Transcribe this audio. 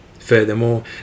Furthermore